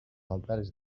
altares